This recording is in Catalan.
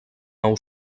nou